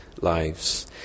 Lives